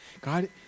God